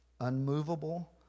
Unmovable